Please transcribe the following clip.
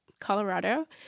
Colorado